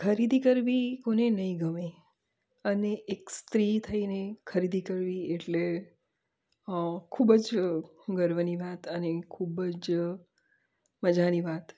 ખરીદી કરવી કોને નહીં ગમે અને એક સ્ત્રી થઈને ખરીદી કરવી એટલે ખૂબ જ ગર્વની વાત અને ખૂબ જ મજાની વાત